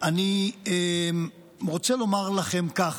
אני רוצה לומר לכם ככה,